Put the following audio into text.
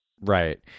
Right